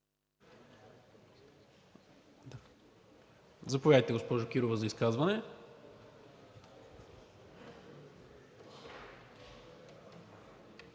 Заповядайте, госпожо Кирова, за изказване.